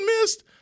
missed